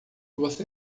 você